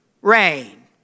rain